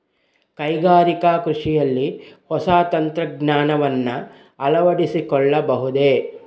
ಕೈಗಾರಿಕಾ ಕೃಷಿಯಲ್ಲಿ ಹೊಸ ತಂತ್ರಜ್ಞಾನವನ್ನ ಅಳವಡಿಸಿಕೊಳ್ಳಬಹುದೇ?